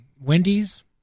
Wendy's